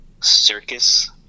circus